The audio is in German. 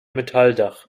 metalldach